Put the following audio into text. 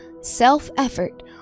self-effort